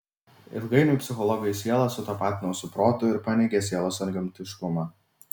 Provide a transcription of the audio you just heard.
ilgainiui psichologai sielą sutapatino su protu ir paneigė sielos antgamtiškumą